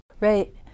right